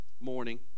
morning